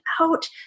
out